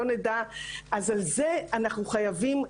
אז על זה אנחנו חייבים,